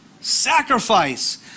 Sacrifice